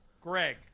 Greg